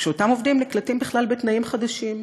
כשאותם עובדים נקלטים בכלל בתנאים חדשים,